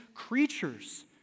creatures